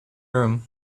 room